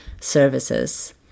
services